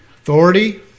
Authority